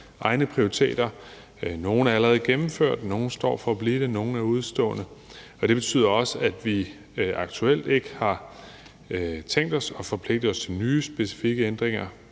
egne prioriteter. Nogle er allerede gennemført, nogle står til at blive det, og nogle er udestående. Det betyder også, at vi aktuelt ikke har tænkt os at forpligte os til nye specifikke ændringer,